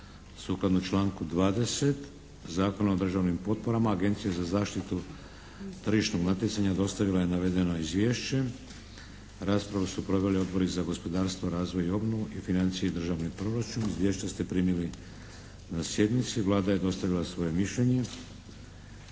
Sukladno članku 20. Zakona o državnim potporama Agencija za zaštitu tržišnog natjecanja dostavila je navedeno izvješće. Raspravu su proveli Odbori za gospodarstvo, razvoj i obnovu i financije i državni proračun. Izvješća ste primili na sjednici. Vlada je dostavila svoje mišljenje.